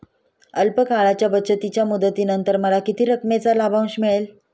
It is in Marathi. अल्प काळाच्या बचतीच्या मुदतीनंतर मला किती रकमेचा लाभांश मिळेल?